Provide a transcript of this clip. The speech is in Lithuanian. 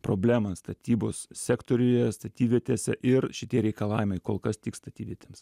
problemą statybos sektoriuje statybvietėse ir šitie reikalavimai kol kas tik statybvietėms